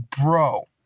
bro